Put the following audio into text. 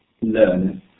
learn